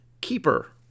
Keeper